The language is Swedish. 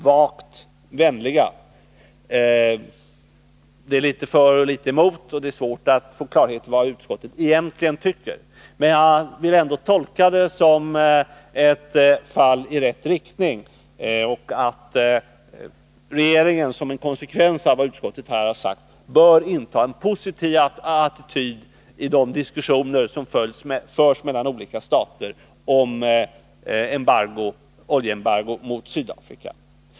Man redovisar en del skäl för och en del emot, och det är svårt att få klarhet i vad utskottet egentligen tycker. Men jag vill ändå tolka utskottets ståndpunkt som ett fall i rätt riktning och se det så att regeringen som en konsekvens av vad utskottet här har sagt bör inta en positiv attityd i de diskussioner som förs bland olika stater om oljeembargo mot Sydafrika.